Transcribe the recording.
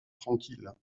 tranquille